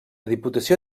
diputació